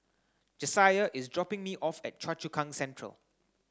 Jasiah is dropping me off at Choa Chu Kang Central